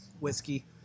whiskey